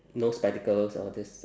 no spectacles all this